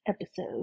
Episode